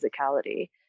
physicality